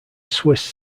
swiss